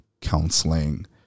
Counseling